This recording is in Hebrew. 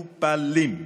מטופלים.